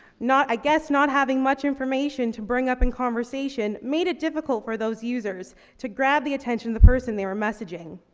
not i guess not having much information to bring up in conversation made it difficult for those users to grab the attention of the person they were messaging.